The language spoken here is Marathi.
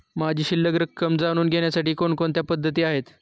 माझी शिल्लक रक्कम जाणून घेण्यासाठी कोणकोणत्या पद्धती आहेत?